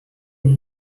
vous